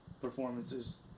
performances